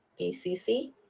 BCC